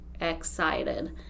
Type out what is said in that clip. excited